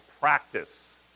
practice